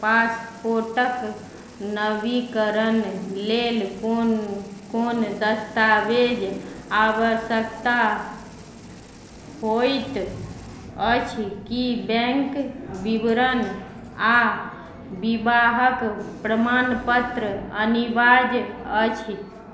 पासपोर्टक नवीकरण लेल कोन कोन दस्तावेज आवश्यकता होइत अछि की बैंक बिबरण आ बिबाहक प्रमाणपत्र अनिवार्य अछि